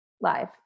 live